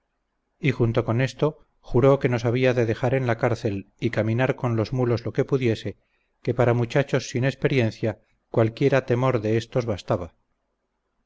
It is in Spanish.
y junto con esto juró que nos había de dejar en la cárcel y caminar con los mulos lo que pudiese que para muchachos sin experiencia cualquiera temor de estos bastaba